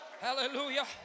Hallelujah